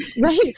Right